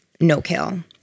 no-kill